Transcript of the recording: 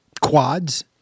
quads